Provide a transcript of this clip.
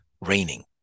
raining